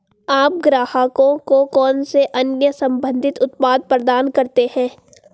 आप ग्राहकों को कौन से अन्य संबंधित उत्पाद प्रदान करते हैं?